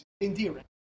endearing